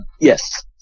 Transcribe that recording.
yes